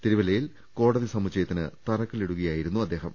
തിരുവല്ലയിൽ കോടതി സമുച്ചയത്തിന് തറക്കല്ലിടുകയായിരുന്നു അദ്ദേഹം